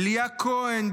אליה כהן,